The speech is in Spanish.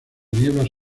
nieblas